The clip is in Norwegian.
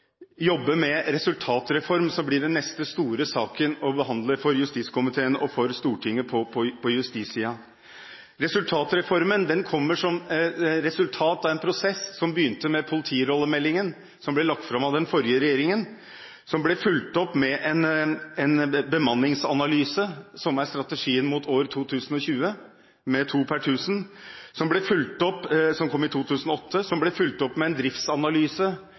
jobbe med resultatreformen, som blir den neste store saken å behandle for justiskomiteen og Stortinget på justissiden. Resultatreformen kommer som resultat av en prosess som begynte med politirollemeldingen, som ble lagt fram av den forrige regjeringen. Den ble fulgt opp med en bemanningsanalyse, som er strategien mot år 2020, med to polititjenestemenn per tusen innbygger, som kom i 2008, og som ble fulgt opp med en driftsanalyse